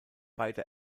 beide